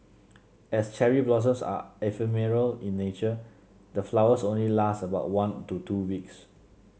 as cherry blossoms are ephemeral in nature the flowers only last about one to two weeks